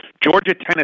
Georgia-Tennessee